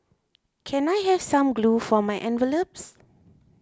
can I have some glue for my envelopes